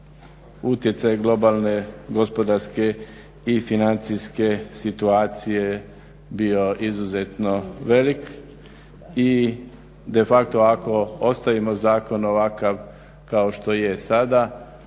utjecaj globalne gospodarske i financijske situacije bio izuzetno velik i de facto ako ostavimo zakon ovakav kao što je sada